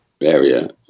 area